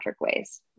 ways